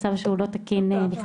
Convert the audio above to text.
מצב שהוא לא תקין בכלל.